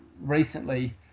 recently